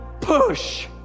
push